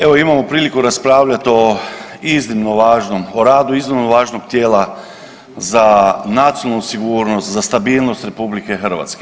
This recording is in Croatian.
Evo imamo priliku raspravljati o iznimno važnom, o radu iznimno važnog tijela za nacionalnu sigurnost, za stabilnost RH.